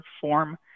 form